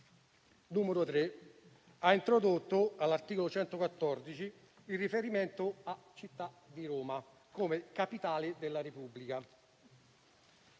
2021, ha introdotto, all'articolo 114, il riferimento alla città di Roma come capitale della Repubblica.